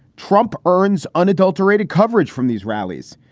trump earns unadulterated coverage from these rallies.